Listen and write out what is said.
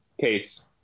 case